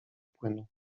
płynu